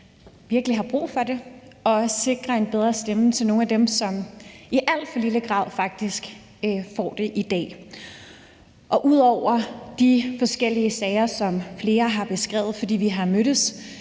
virkelig har brug for det, og også sikrer en bedre stemme til nogle af dem, som i alt for lille grad faktisk har det i dag. Ud over de forskellige sager, som flere har beskrevet, fordi vi har mødtes